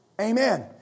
Amen